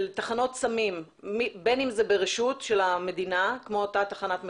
תחנות סמים בין אם זה ברשות של המדינה כמו אותה תחנת מתדון,